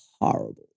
Horrible